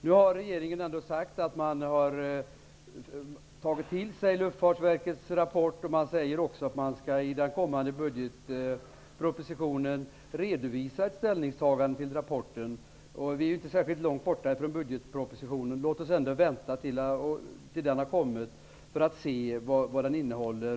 Nu har regeringen ändå sagt att man har tagit till sig Luftfartsverkets rapport, och man säger också att man i den kommande budgetpropositionen skall redovisa ett ställningstagande till rapporten. Det dröjer ju inte särskilt länge innan budgetpropositionen presenteras, så låt oss ändå vänta till den har kommit för att se vad den innehåller.